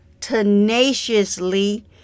tenaciously